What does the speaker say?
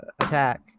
attack